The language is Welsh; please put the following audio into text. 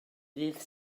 ddydd